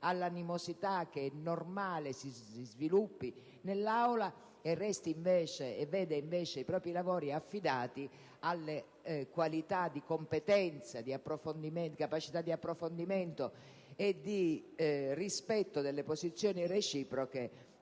all'animosità, che è normale si sviluppi nell'Aula, e veda invece i propri lavori affidati alle qualità di competenza, capacità di approfondimento e rispetto delle posizioni reciproche